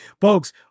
Folks